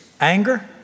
Anger